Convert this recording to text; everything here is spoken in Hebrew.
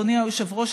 אדוני היושב-ראש,